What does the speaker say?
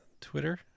Twitter